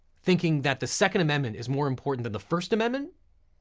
thinking that the second amendment is more important than the first amendment,